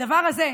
הדבר הזה,